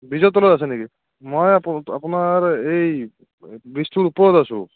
ব্ৰীজৰ তলত আছে নেকি মই আপোনাৰ এই ব্ৰীজটোৰ ওপৰত আছোঁ